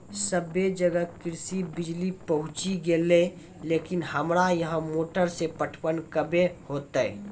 सबे जगह कृषि बिज़ली पहुंची गेलै लेकिन हमरा यहाँ मोटर से पटवन कबे होतय?